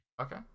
Okay